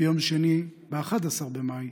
ביום שני, 11 במאי,